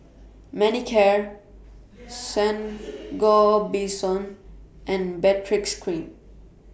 Manicare Sangobion and Baritex Cream